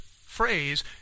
phrase